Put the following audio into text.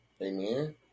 Amen